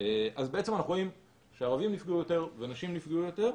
אז בעצם אנחנו רואים שהערבים נפגעו יותר ונשים נפגעו יותר.